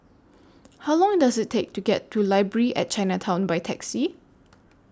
How Long Does IT Take to get to Library At Chinatown By Taxi